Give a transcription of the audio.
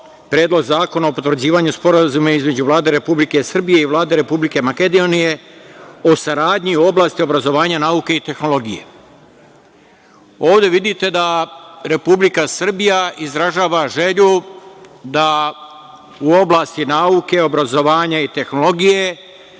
Predlog zakona o potvrđivanju Sporazuma između Vlade Republike Srbije i Vlade Republike Makedonije o saradnji u oblasti obrazovanja, nauke i tehnologije. Ovde vidite da Republika Srbija izražava želju da u oblasti nauke, obrazovanja i tehnologije